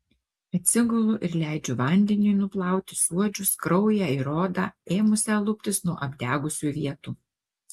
atsigulu ir leidžiu vandeniui nuplauti suodžius kraują ir odą ėmusią luptis nuo apdegusių vietų